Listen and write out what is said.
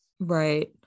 Right